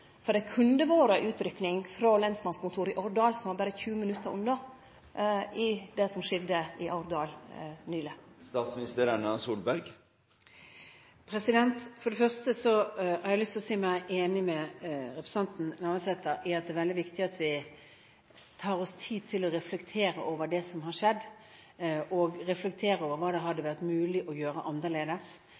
For det kunne ha kome utrykking frå lensmannskontoret i Årdal, som var berre 20 minutt unna, ved hendinga i Årdal nyleg. For det første har jeg lyst til å si meg enig med representanten Navarsete i at det er veldig viktig at vi tar oss tid til å reflektere over det som har skjedd og hva som hadde vært mulig å gjøre annerledes.